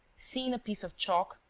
seeing a piece of chalk,